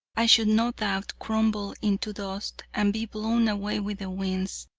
i should no doubt, crumble into dust and be blown away with the winds.